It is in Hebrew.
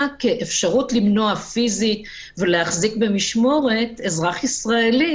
כאפשרות למנוע פיזית ולהחזיק במשמורת אזרח ישראלי